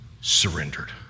surrendered